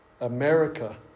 America